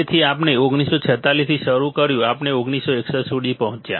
તેથી આપણે 1946 થી શરૂ કર્યું આપણે 1961 સુધી પહોંચ્યા